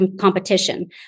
competition